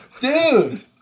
dude